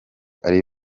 ari